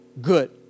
good